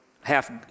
half